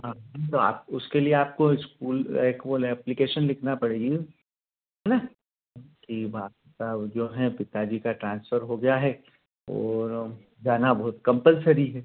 अभी बात उसके लिए आपको इस्कूल एक वो वाला एप्लकैशन लिखना पड़ेगा है ना ठीक बा तब जो हैं पिता जी का ट्रांस्फर हो गया है और जाना बहुत कंपलसरी है